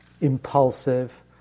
impulsive